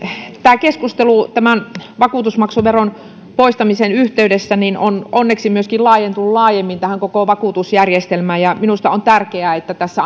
tämä keskustelu tämän vakuutusmaksuveron poistamisen yhteydessä on onneksi myöskin laajentunut laajemmin koko vakuutusjärjestelmään ja minusta on tärkeää että tässä